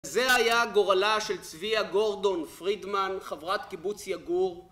זה הייתה גורלה של צביה גורדון פרידמן, חברת קיבוץ יגור